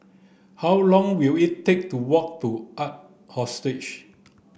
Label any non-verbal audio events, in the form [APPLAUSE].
how long will it take to walk to Ark [UNINTELLIGIBLE]